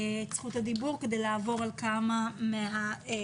את זכות הדיבור כדי לעבור על כמה מהנושאים.